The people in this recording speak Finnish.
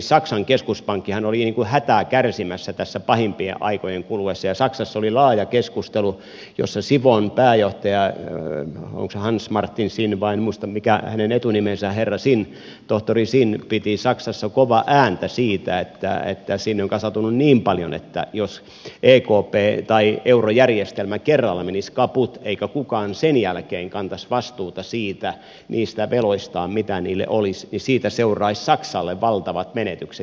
saksan keskuspankkihan oli hätää kärsimässä tässä pahimpien aikojen kuluessa ja saksassa oli laaja keskustelu jossa ifon pääjohtaja onko se hans martin sinn en muista mikä on hänen etunimensä herra sinn tohtori sinn piti saksassa kovaa ääntä siitä että sinne on kasautunut niin paljon että jos ekp tai eurojärjestelmä kerralla menisi kaput eikä kukaan sen jälkeen kantaisi vastuuta siitä niistä veloistaan mitä niille olisi niin siitä seuraisi saksalle valtavat menetykset